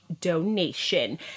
donation